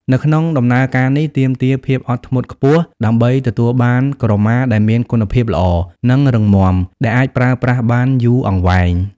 នៅក្នុងដំណើរការនេះទាមទារភាពអត់ធ្មត់ខ្ពស់ដើម្បីទទួលបានក្រមាដែលមានគុណភាពល្អ និងរឹងមាំ ដែលអាចប្រើប្រាស់បានយូរអង្វែង។